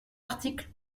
article